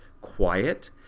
quiet